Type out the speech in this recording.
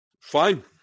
Fine